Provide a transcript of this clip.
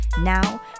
Now